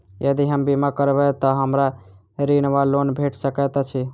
यदि हम बीमा करबै तऽ हमरा ऋण वा लोन भेट सकैत अछि?